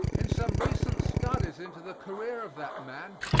in some recent studies into the career of that man,